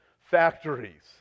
factories